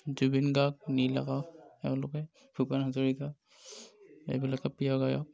জুবিন গাৰ্গ নীল আকাশ তেওঁলোকে ভূপেন হাজৰিকা এইবিলাকে প্ৰিয় গায়ক